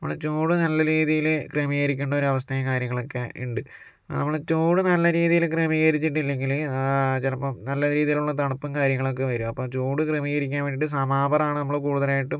നമ്മള് ചൂട് നല്ല രീതിയില് ക്രമീകരിക്കേണ്ട ഒരവസ്ഥയും കാര്യങ്ങളൊക്കെ ഇണ്ട് നമ്മള് ചൂട് നല്ല രീതില് ക്രമീകരിച്ചിട്ടില്ലെങ്കില് ചെലപ്പം നല്ല രീതിലുള്ള തണുപ്പും കാര്യങ്ങളൊക്കെ വരും അപ്പോൾ ചൂട് ക്രമീകരിക്കാൻ വേണ്ടിട്ട് സമോവർ ആണ് നമ്മള് കൂടുതലായിട്ടും